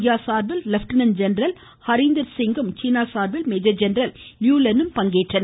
India சார்பில் lieutenant general ஹரீந்தர்சிங்கும் China சார்பில் மேஜர் ஜெனரல் லியூலென்னும் பங்கேற்றனர்